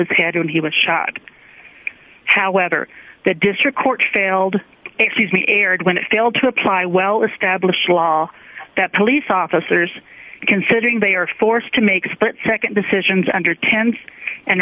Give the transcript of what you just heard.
his head when he was shot however the district court failed excuse me erred when it failed to apply well established law that police officers considering they are forced to make split nd decisions under tense and